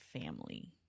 family